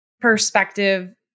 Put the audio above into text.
perspective